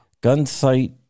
Gunsight